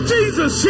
Jesus